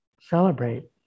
celebrate